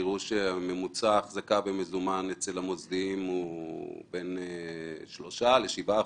תראו שממוצע ההחזקה במזומן אצל המוסדיים הוא בין 3% ל-7%,